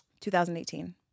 2018